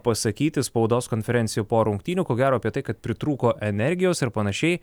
pasakyti spaudos konferencijoj po rungtynių ko gero apie tai kad pritrūko energijos ar panašiai